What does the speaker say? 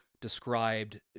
described